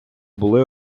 були